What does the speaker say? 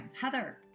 Heather